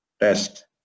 test